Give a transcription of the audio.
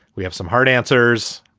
we have some hard answers.